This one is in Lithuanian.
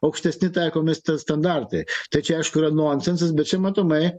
aukštesni taikomi standartai ta čia aišku yra nonsensas bet čia matomai